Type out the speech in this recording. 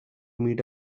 meet